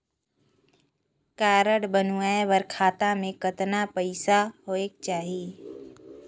Card बनवाय बर खाता मे कतना पईसा होएक चाही?